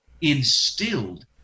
instilled